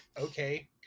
okay